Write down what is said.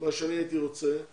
מה שאני הייתי רוצה זה